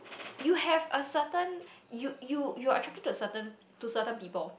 you have a certain you you you're attracted to a certain to certain people